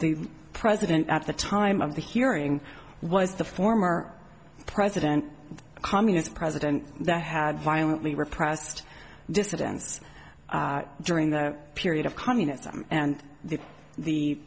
the president at the time of the hearing was the former president a communist president that had violently repressed dissidents during the period of communism and the the